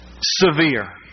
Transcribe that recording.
severe